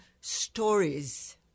stories